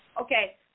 okay